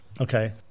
Okay